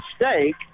mistake